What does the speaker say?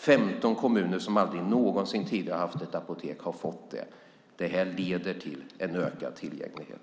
15 kommuner som aldrig någonsin tidigare haft ett apotek har fått ett. Det här leder till en ökad tillgänglighet.